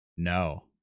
No